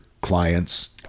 clients